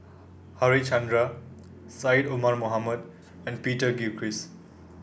Harichandra Syed Omar Mohamed and Peter Gilchrist